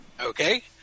Okay